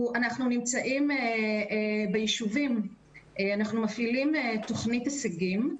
אנחנו נמצאים ביישובים ומפעילים תכנית הישגים,